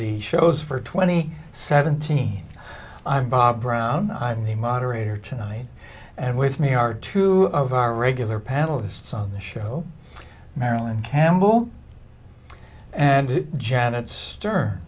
the shows for twenty seventeen i'm bob brown i'm the moderator tonight and with me are two of our regular panelists on this show marilyn campbell and janet stern